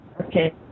Okay